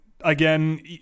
again